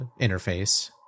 interface